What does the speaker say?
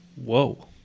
whoa